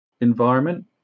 environment